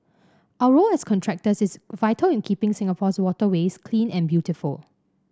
our role as contractors is vital in keeping Singapore's waterways clean and beautiful